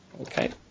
Okay